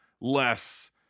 less